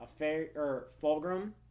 Fulgrim